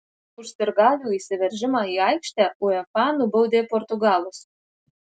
už sirgalių įsiveržimą į aikštę uefa nubaudė portugalus